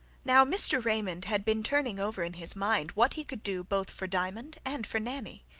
now mr. raymond had been turning over in his mind what he could do both for diamond and for nanny.